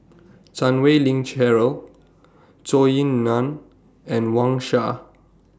Chan Wei Ling Cheryl Zhou Ying NAN and Wang Sha